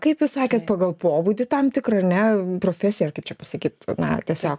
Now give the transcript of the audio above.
kaip jūs sakėt pagal pobūdį tam tikrą ar ne profesijąar kaip čia pasakyt na tiesiog